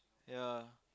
ya